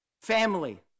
Family